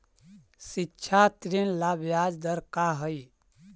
शिक्षा ऋण ला ब्याज दर का हई?